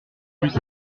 plus